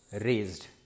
raised